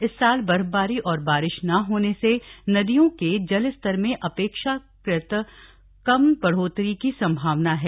इस साल बर्फबारी और बारिश न होने से नदियों के जल स्तर में ज्यादा बढ़ोतरी की संभवना कम है